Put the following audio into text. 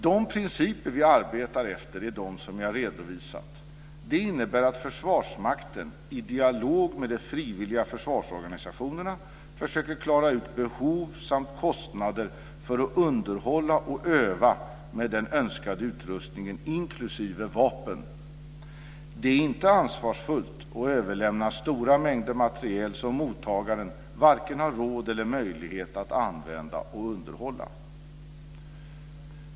De principer vi arbetar efter är de som jag har redovisat. Det innebär att Försvarsmakten i dialog med de frivilliga försvarsorganisationerna försöker klara ut behov samt kostnader för att underhålla och öva med den önskade utrustningen inklusive vapen. Det är inte ansvarsfullt att överlämna stora mängder materiel som mottagaren varken har råd eller möjlighet att använda och underhålla.